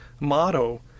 motto